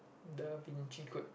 Da-Vinci Code